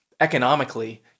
economically